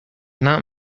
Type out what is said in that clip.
not